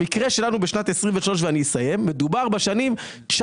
במקרה שלנו בשנת 23', מדובר בשנים 19',